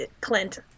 Clint